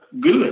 good